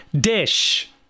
dish